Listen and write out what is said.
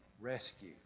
rescue